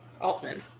Altman